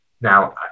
Now